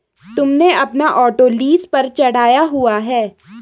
तुमने अपना auto lease पर चढ़ाया हुआ है?